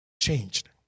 Changed